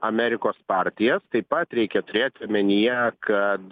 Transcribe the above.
amerikos partijas taip pat reikia turėt omenyje kad